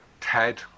Ted